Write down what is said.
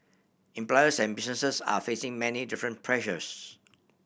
employers and businesses are facing many different pressures